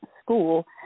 School